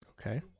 Okay